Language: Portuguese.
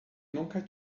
nunca